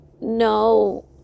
no